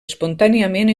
espontàniament